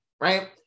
right